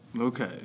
Okay